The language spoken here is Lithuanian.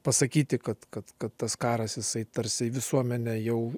pasakyti kad kad kad tas karas jisai tarsi visuomenė jau